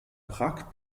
bragg